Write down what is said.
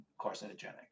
carcinogenic